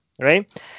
right